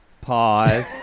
Pause